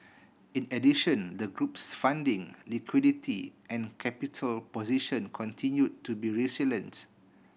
in addition the group's funding liquidity and capital position continue to be resilients